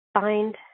find